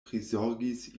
prizorgis